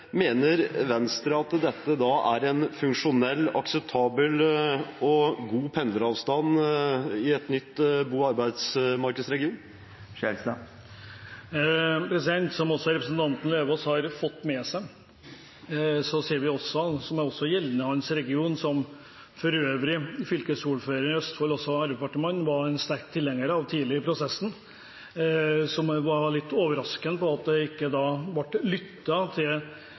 Mener Venstre at dette er en funksjonell, akseptabel og god pendleravstand i en ny bo- og arbeidsmarkedsregion? Som også representanten Lauvås har fått med seg, ser vi noe som også er gjeldende i hans region, som for øvrig fylkesordføreren i Østfold, også Arbeiderparti-mann, var en sterk tilhenger av tidlig i prosessen, som en var litt overrasket over at ikke ble lyttet til